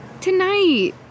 Tonight